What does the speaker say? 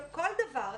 כל דבר.